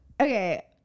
Okay